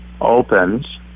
opens